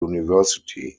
university